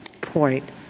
point